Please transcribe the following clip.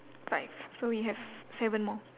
five so we have seven more